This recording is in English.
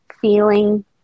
feeling